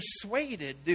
persuaded